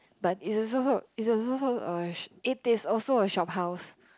but is is also is is also a it is also a shop house